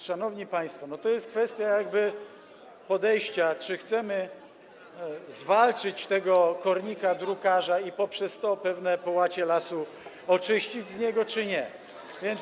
Szanowni państwo, to jest kwestia podejścia, czy chcemy zwalczyć tego kornika drukarza i poprzez to pewne połacie lasu oczyścić z niego, czy też nie.